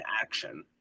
action